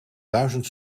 duizend